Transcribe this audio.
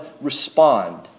respond